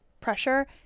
pressure